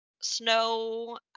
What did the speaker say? snow